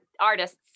artists